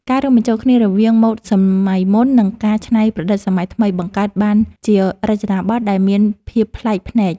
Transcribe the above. ការរួមបញ្ចូលគ្នារវាងម៉ូដសម័យមុន និងការច្នៃប្រឌិតសម័យថ្មីបង្កើតបានជារចនាប័ទ្មដែលមានភាពប្លែកភ្នែក។